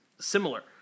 similar